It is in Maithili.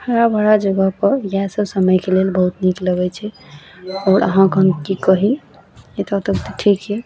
हराभरा जगह पर इहए सब समयके लेल बहुत नीक लगै छै आओर अहाँ के हम की कही एतऽ तक तऽ ठीक यऽ